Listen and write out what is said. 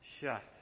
shut